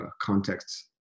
contexts